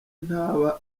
ntaba